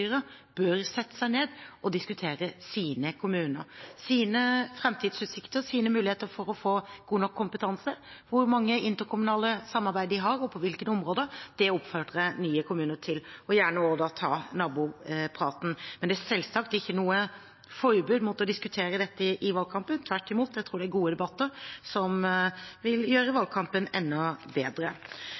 kommunestyrer bør sette seg ned og diskutere sin kommune, sine framtidsutsikter, sine muligheter for å få god nok kompetanse, hvor mye interkommunalt samarbeid de har, og på hvilke områder. Det oppfordrer jeg nye kommuner til – og gjerne også til å ta nabopraten. Men det er selvsagt ikke noe forbud mot å diskutere dette i valgkampen. Tvert imot, jeg tror det er gode debatter som vil gjøre valgkampen enda bedre.